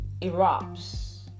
erupts